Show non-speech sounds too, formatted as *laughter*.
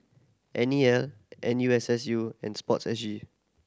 N E L N U S S U and Sport *unintelligible* G